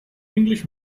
english